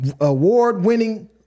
award-winning